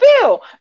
Bill